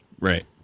right